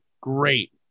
Great